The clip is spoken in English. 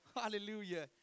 Hallelujah